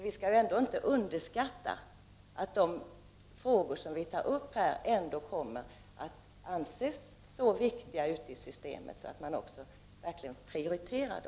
Vi skall inte underskatta att de frågor som tas upp här ändå anses så viktiga i sjukvårdssystemet att de sedan verkligen prioriteras.